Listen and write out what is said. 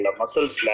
muscles